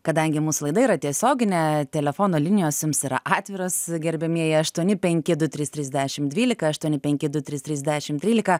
kadangi mūsų laida yra tiesioginė telefono linijos jums yra atviros gerbiamieji aštuoni penki du trys trys dešim dvylika aštuoni penki du trys trys dešim trylika